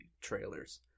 trailers